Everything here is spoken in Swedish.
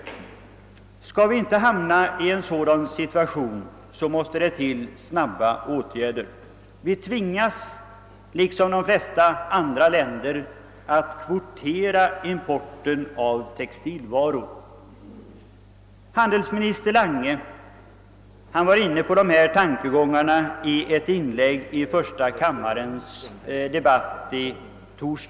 För att inte hamna i en sådan situation måste snabba åtgärder vidtas. Vi tvingas liksom de flesta andra länder att kvotera importen av textilvaror. Handelsminister Lange var inne på dessa tankegångar i ett inlägg i torsdagens debatt.